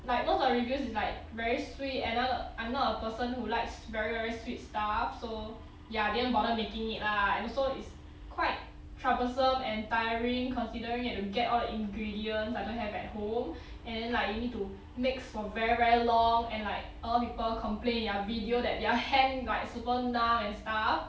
like most of reviews is like very sui another I'm not a person who likes very very sweet stuff so ya didn't bother making it lah and also it's quite troublesome and tiring considering it to get all the ingredients I don't have at home and then like you need to mix for very very long and like all people complain their video that their hand like super numb and stuff